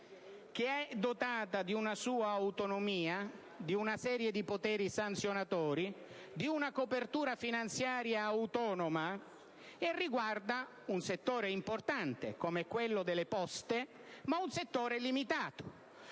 che è dotata di una sua autonomia, di una serie di poteri sanzionatori, di una copertura finanziaria autonoma, e riguarda un settore come quello delle poste che è importante, ma limitato.